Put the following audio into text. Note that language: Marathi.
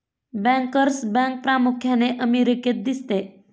बँकर्स बँक प्रामुख्याने अमेरिकेत दिसते